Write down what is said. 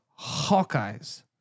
Hawkeyes